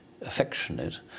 affectionate